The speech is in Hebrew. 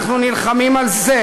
אנחנו נלחמים על זה,